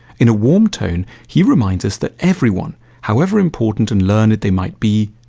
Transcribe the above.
in a warm tone, he reminds us that everyone, however important and learned they might be,